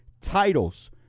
titles